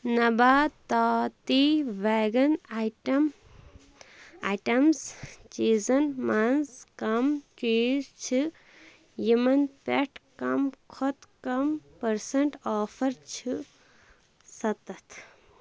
نَباتاتی وٮ۪گَن item items چیٖزن مَنٛز کم چیٖز چھِ یِمَن پٮ۪ٹھ کم کھوتہٕ کم پٕرسَنٛٹ آفر چھِ سَتتھ